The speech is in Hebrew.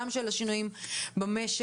גם של השינויים במשק.